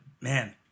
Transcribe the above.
man